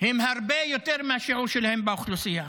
הם רבים יותר מהשיעור שלהם באוכלוסייה,